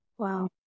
Wow